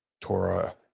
Torah